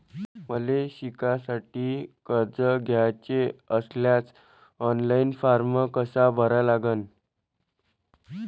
मले शिकासाठी कर्ज घ्याचे असल्यास ऑनलाईन फारम कसा भरा लागन?